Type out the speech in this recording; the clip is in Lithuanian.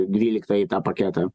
dvyliktąjį tą paketą